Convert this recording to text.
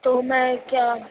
تو میں کیا